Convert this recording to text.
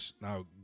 Now